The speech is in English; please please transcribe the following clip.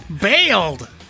bailed